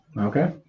Okay